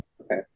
Okay